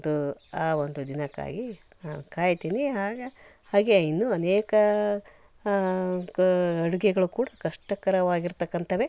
ಒಂದು ಆ ಒಂದು ದಿನಕ್ಕಾಗಿ ಕಾಯ್ತೀನಿ ಆಗ ಹಾಗೆ ಇನ್ನೂ ಅನೇಕ ಕ ಅಡುಗೆಗಳು ಕೂಡ ಕಷ್ಟಕರವಾಗಿರ್ತಕ್ಕಂಥವೆ